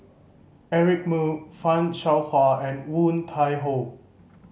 Eric Moo Fan Shao Hua and Woon Tai Ho